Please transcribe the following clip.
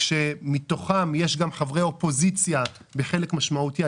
כאשר מתוכם יש גם חברי אופוזיציה בחלק משמעותי.